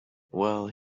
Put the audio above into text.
well